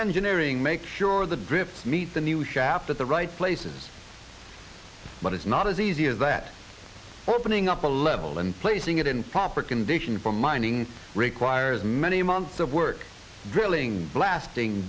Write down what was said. engineering make sure the drifts meet the new shaft at the right places but it's not as easy as that opening up a level and placing it in proper condition for mining requires many months of work drilling blasting